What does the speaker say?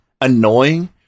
annoying